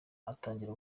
atangira